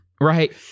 right